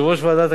הכנסת,